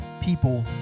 people